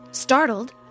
startled